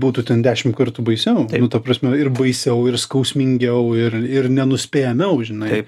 būtų ten dešim kartų baisiau ta prasme ir baisiau ir skausmingiau ir ir nenuspėjamiau žinai